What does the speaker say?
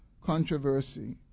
controversy